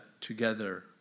together